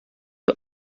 you